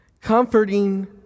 comforting